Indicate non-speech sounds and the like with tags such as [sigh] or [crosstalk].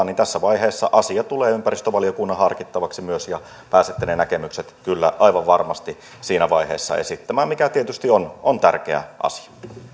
[unintelligible] niin tässä vaiheessa asia tulee ympäristövaliokunnan harkittavaksi myös ja pääsette ne näkemykset kyllä aivan varmasti siinä vaiheessa esittämään mikä tietysti on on tärkeä asia